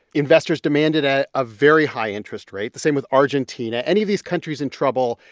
investors demanded a ah very high interest rate, the same with argentina. any of these countries in trouble,